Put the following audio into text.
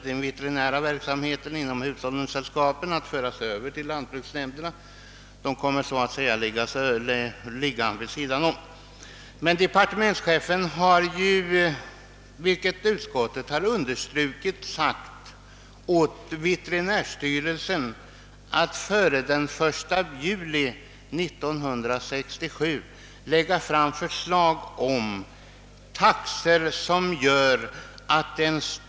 Den veterinära verksamheten inom hushållningssällskapen kommer inte att föras över till lantbruksnämnderna — den kommer att ligga vid sidan om. Men departementschefen har — vilket utskottet understrukit — uppdragit åt veterinärstyrelsen att överse taxan så att ny taxa kan tillämpas från och med den 1 juli 1967.